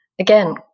Again